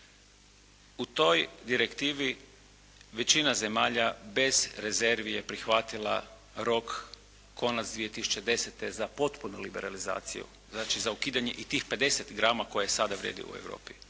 U toj direktivi, većina zemalja bez rezervi je prihvatila rok, konac 2010. za potpunu liberalizaciju znači za ukidanje i tih 50 grama koje sada vrijedi u Europi.